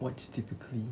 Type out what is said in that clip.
what's typically